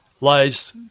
lies